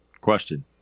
Question